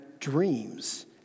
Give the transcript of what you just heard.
Dreams